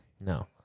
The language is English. No